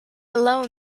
alone